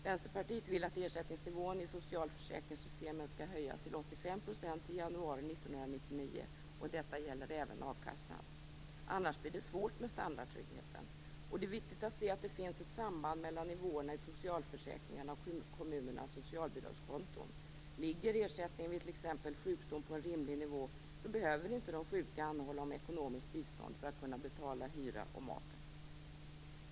Vänsterpartiet vill att ersättningsnivåerna i socialförsäkringssystemen skall höjas till 85 % i januari 1999, och detta gäller även a-kassan. Annars blir det svårt med standardtryggheten. Det är viktigt att se att det finns ett samband mellan nivåerna i socialförsäkringarna och kommunernas socialbidragskonton. Ligger ersättningen vid t.ex. sjukdom på en rimlig nivå behöver inte de sjuka anhålla om ekonomiskt bistånd för att kunna betala hyra och mat.